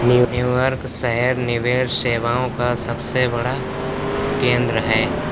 New York शहर निवेश सेवाओं का सबसे बड़ा केंद्र है